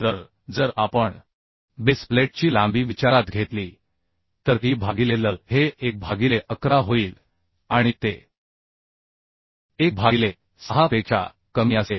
तर जर आपण बेस प्लेटची लांबी विचारात घेतली तर E भागिले L हे 1 भागिले 11 होईल आणि ते 1 भागिले 6 पेक्षा कमी असेल